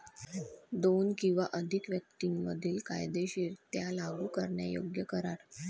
दोन किंवा अधिक व्यक्तीं मधील कायदेशीररित्या लागू करण्यायोग्य करार